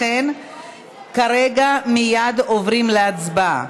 לכן כרגע מייד עוברים להצבעה.